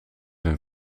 een